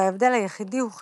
וההבדל היחידי הוא חשבונאי,